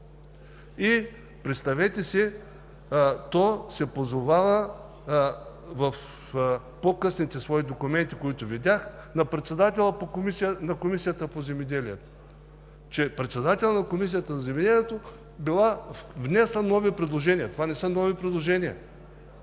Представете си, то се позовава в по-късните свои документи, които видях, на председателя на Комисията по земеделието. Председателят на Комисията по земеделието бил внесъл нови предложения – това не са нови предложения.